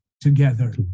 together